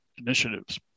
initiatives